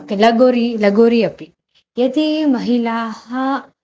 लगोरि लगोरी अपि यदि महिलाः